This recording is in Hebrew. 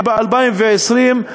ב-2020,